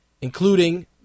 including